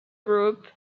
group